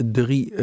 drie